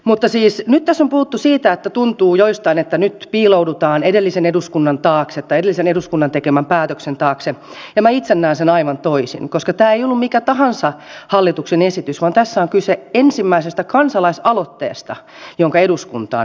mutta nyt tässä on puhuttu siitä että joistain tuntuu että nyt piiloudutaan edellisen eduskunnan taakse tai edellisen eduskunnan tekemän päätöksen taakse ja minä itse näen sen aivan toisin koska tämä ei ollut mikä tahansa hallituksen esitys vaan tässä on kyse ensimmäisestä kansalaisaloitteesta jonka eduskunta on hyväksynyt